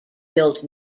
built